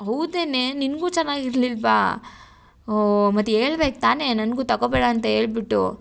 ಹೌದೇನೇ ನಿನಗು ಚೆನ್ನಾಗಿರ್ಲಿಲ್ಲವಾ ಹೋ ಮತ್ತೆ ಹೇಳ್ಬೇಕ್ ತಾನೆ ನನಗು ತಗೋಬೇಡ ಅಂತ ಹೇಳ್ಬಿಟ್ಟು